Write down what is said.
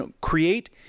Create